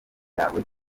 yawe